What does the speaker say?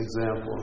example